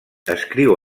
escriu